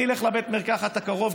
אני אלך לבית המרקחת הקרוב,